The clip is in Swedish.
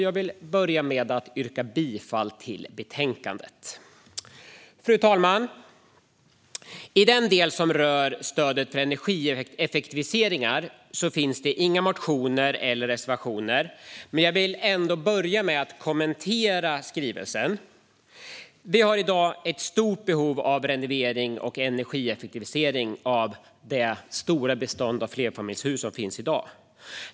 Jag vill börja med att yrka bifall till förslaget i betänkandet. Fru talman! I den del som rör stödet till energieffektiviseringar finns inga motioner eller reservationer, men jag vill ändå börja med att kommentera skrivelsen. Det finns i dag ett stort behov av renovering och energieffektivisering av det stora beståndet av flerfamiljshus.